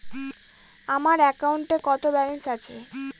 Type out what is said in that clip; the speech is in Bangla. আমার অ্যাকাউন্টে কত ব্যালেন্স আছে?